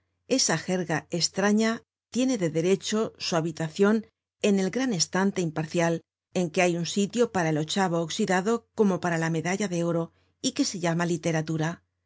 esa jerga estraña tiene de derecho su habitacion en el gran estante imparcial en que hay un sitio para el ochavo oxidado como para la medalla de oro y que se llama literatura